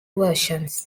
versions